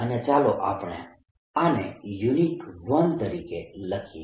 અને ચાલો આપણે આને યુનિટ 1 તરીકે લઈએ